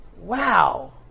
Wow